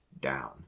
down